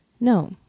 No